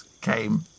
came